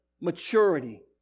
maturity